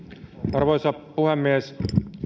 arvoisa puhemies